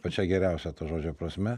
pačia geriausia to žodžio prasme